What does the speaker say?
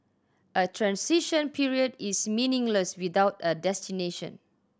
a transition period is meaningless without a destination